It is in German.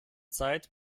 zeit